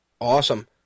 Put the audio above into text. Awesome